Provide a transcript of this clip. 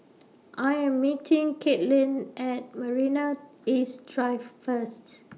I Am meeting Kaitlynn At Marina East Drive First